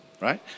right